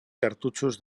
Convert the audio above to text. cartutxos